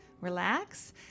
relax